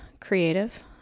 Creative